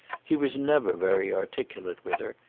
he was never very articulate with her,